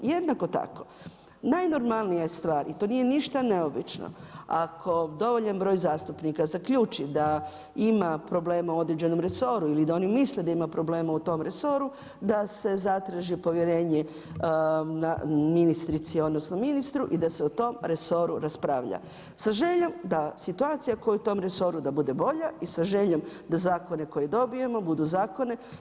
Jednako tako najnormalnija je stvar i to nije ništa neobično ako dovoljan broj zastupnika zaključi da ima problema u određenom resoru ili da oni misle da ima problema u tom resoru da se zatraži povjerenje ministrici odnosno ministru i da se o tom resoru raspravlja sa željom da situacija koja u tom resoru da bude bolja i sa željom da zakone koje dobijemo budu zakoni.